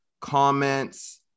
comments